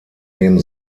neben